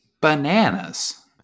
bananas